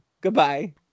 goodbye